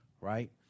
right